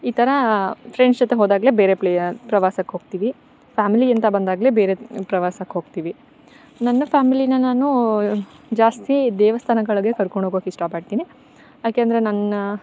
ಈ ಥರ ಫ್ರೆಂಡ್ಸ್ ಜೊತೆ ಹೋದಾಗಲೇ ಬೇರೆ ಪ್ಲೆ ಪ್ರವಾಸಕ್ಕೆ ಹೋಗ್ತೀವಿ ಫ್ಯಾಮಿಲಿ ಅಂತ ಬಂದಾಗಲೇ ಬೇರೆ ಪ್ರವಾಸಕ್ಕೆ ಹೋಗ್ತೀವಿ ನನ್ನ ಫ್ಯಾಮಿಲಿನ ನಾನೂ ಜಾಸ್ತಿ ದೇವಸ್ಥಾನಗಳಿಗೆ ಕರ್ಕೊಂಡು ಹೋಗೋಕ್ಕೆ ಇಷ್ಟ ಪಡ್ತೀನಿ ಯಾಕೆಂದ್ರೆ ನನ್ನ